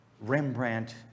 Rembrandt